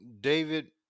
David